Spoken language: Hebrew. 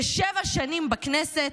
כשבע שנים בכנסת,